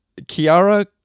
Kiara